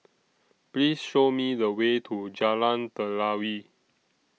Please Show Me The Way to Jalan Telawi